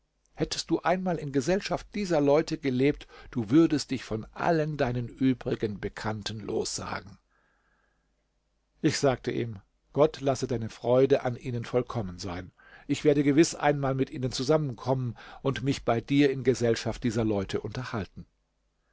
hättest du einmal in gesellschaft dieser leute gelebt du würdest dich von allen deinen übrigen bekannten lossagen ich sagte ihm gott lasse deine freude an ihnen vollkommen sein ich werde gewiß einmal mit ihnen zusammenkommen und mich bei dir in gesellschaft dieser leute unterhalten